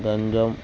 Ganjam